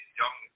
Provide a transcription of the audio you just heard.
young